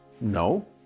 No